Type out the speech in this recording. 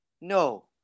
No